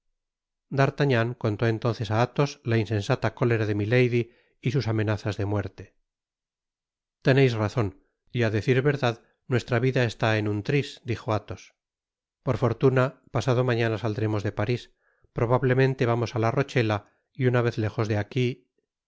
d'artagnan contó entonces á athos la insensata cólera de milady y sus amenazas de muerte teneis razon y á decir verdad nuestra vida está en un tris dijo athos por fortuna pasado mañana saldremos de paris probablemente vamos á la bochela y una vez iéjos de aqui